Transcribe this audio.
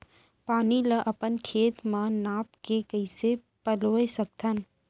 पानी ला अपन खेत म नाप के कइसे पलोय सकथन?